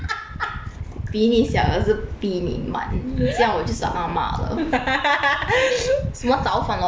比你小可是比你慢你知道我就是阿嬷了什么倒反 logic ah